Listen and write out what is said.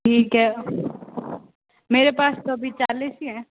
ठीक है मेरे पास तो अभी चालीस ही हैं